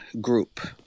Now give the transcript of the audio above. group